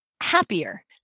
happier